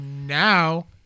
now